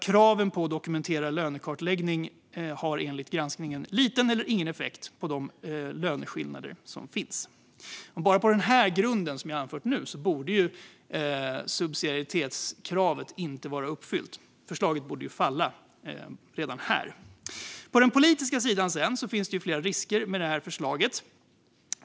Kraven på dokumenterad lönekartläggning har enligt granskningen liten eller ingen effekt på de löneskillnader som finns. Bara på den grund jag har anfört nu borde subsidiaritetskravet anses vara inte uppfyllt. Förslaget borde alltså falla redan här. På den politiska sidan finns det sedan flera risker med förslaget.